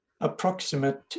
approximate